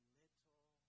little